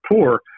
poor